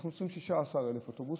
אנחנו רוצים 16,000 אוטובוסים,